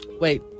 Wait